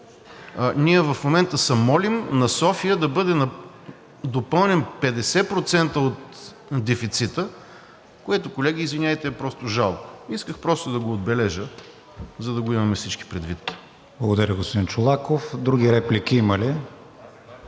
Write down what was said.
ние в момента се молим на София да бъде допълнен 50% от дефицита, което, колеги, извинявайте, е просто жалко. Исках просто да го отбележа, за да го имаме всички предвид. ПРЕДСЕДАТЕЛ КРИСТИАН ВИГЕНИН: Благодаря, господин Чолаков. Други реплики има ли?